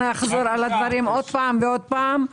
אני אחזור על הדברים עוד פעם ועוד פעם.